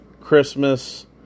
Christmas